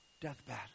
deathbed